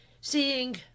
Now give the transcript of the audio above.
seeing